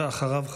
ואחריו,